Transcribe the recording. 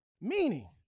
Meaning